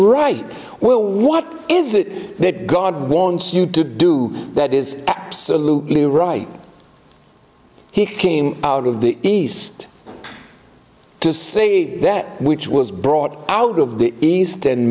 right well what is it that god wants you to do that is absolutely right he came out of the east to say that which was brought out of the east and